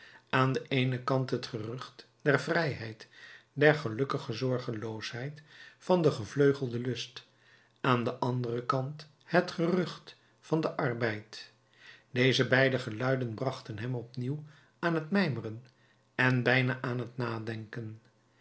aan den eenen kant het gerucht der vrijheid der gelukkige zorgeloosheid van den gevleugelden lust aan den anderen kant het gerucht van den arbeid deze beide geluiden brachten hem opnieuw aan t mijmeren en bijna aan t nadenken